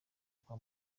kwa